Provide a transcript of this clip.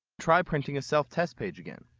try printing a self-test page again.